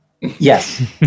Yes